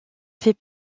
fait